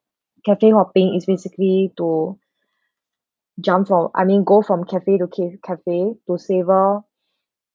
cafe hopping is basically to jump from I mean go from cafe to caf~ cafe to savour